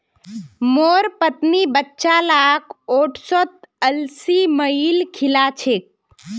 मोर पत्नी बच्चा लाक ओट्सत अलसी मिलइ खिला छेक